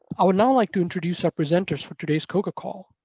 i would now like to introduce ah presenters for today's coca call.